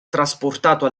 trasportato